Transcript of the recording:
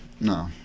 No